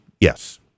Yes